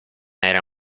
era